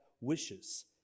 wishes